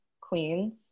Queens